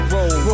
Roll